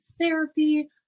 therapy